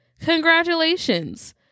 congratulations